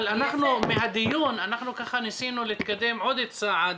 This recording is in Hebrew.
מהדיון אנחנו ניסינו להתקדם עוד צעד